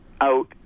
out